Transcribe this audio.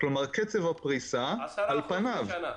כלומר קצב הפריסה על פניו --- 10% בשנה.